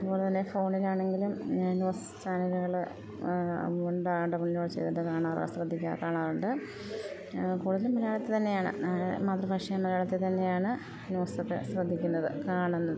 അതു പോലെ തന്നെ ഫോണിലാണെങ്കിലും ന്യൂസ് ചാനലുകൾ അതു കൊണ്ടാണ് ഫോണിൽ ചെയ്തത് കാണാറാണ് ശ്രദ്ധിക്കുക കാണാറുണ്ട് കൂടുതലും മലയാളത്തിൽ തന്നെയാണ് മാതൃഭാഷയും മലയാളത്തിൽ തന്നെയാണ് ന്യൂസൊക്കെ ശ്രദ്ധിക്കുന്നത് കാണുന്നത്